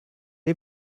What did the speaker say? est